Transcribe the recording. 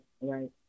right